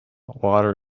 water